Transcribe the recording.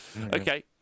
Okay